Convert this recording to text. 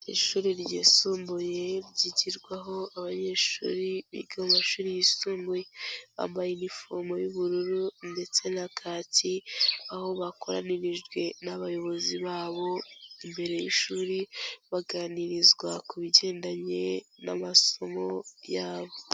Ishuri ryisumbuye ryigirwaho abanyeshuri biga mu mashuri yisumbuye, bambaye uniform y'ubururu ndetse na kaki, aho bakoranirijwe n'abayobozi babo imbere y'ishuri, baganirizwa ku bigendanye n'amasomo yabo.